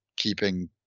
keeping